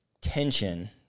tension